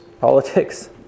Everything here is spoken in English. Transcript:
Politics